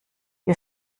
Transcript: wir